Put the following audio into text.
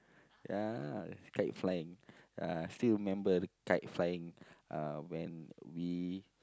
ya kite flying(uh) few member kite flying uh when we